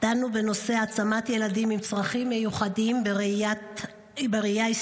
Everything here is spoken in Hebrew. דנו בנושא העצמת ילדים עם צרכים מיוחדים בראייה היסטורית.